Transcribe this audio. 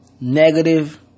Negative